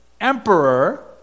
emperor